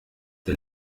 der